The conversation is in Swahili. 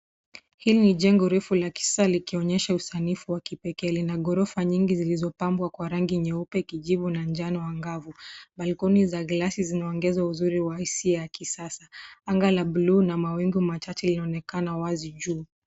Hili ni jengo refu la kisasa likionyesha usanifu wa kipekee lina gorofa nyingi zilizo pambwa kwa rangi nyeupe, kijivu na njano angavu . Balkoni za glasi zinaongeza uzuri wa hisia ya kisasa. Anga la buluu na mawingu machache inaonekana wazi juu.